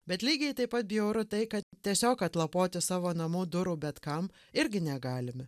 bet lygiai taip pat bjauru tai kad tiesiog atlapoti savo namų durų bet kam irgi negalime